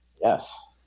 Yes